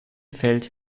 feld